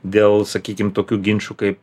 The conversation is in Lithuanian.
dėl sakykim tokių ginčų kaip